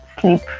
sleep